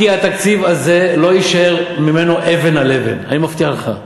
התקציב הזה לא יישאר בו אבן על אבן, אני מבטיח לך.